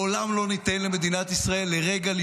לעולם לא ניתן למדינת ישראל לשכוח לרגע,